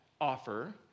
offer